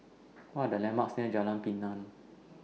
What Are The landmarks near Jalan Pinang